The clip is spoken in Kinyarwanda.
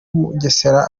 mugesera